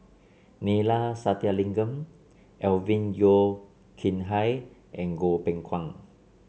Neila Sathyalingam Alvin Yeo Khirn Hai and Goh Beng Kwan